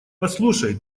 послушай